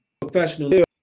professional